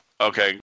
Okay